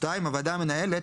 (2)הוועדה המנהלת,